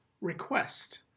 request